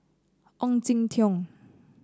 Ong Jin Teong